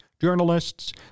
journalists